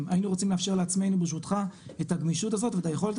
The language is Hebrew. היינו רוצים לאפשר לעצמנו ברשותך את הגמישות הזאת ואת היכולת הזאת.